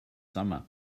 summer